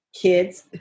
kids